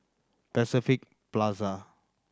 Pacific Plaza